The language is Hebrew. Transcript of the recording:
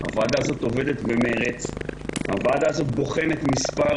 הוועדה הזאת עובדת במרץ ובוחנת מספר